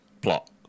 plot